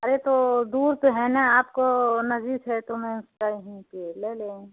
अरे तो दूर से है ना आपको नजदीक से तो मैं कह रही हूँ कि ले लूँ